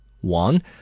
One